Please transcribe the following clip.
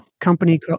company